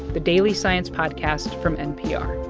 the daily science podcast from npr